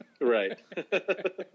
Right